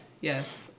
Yes